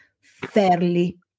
fairly